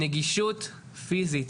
נגישות פיזית